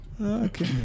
okay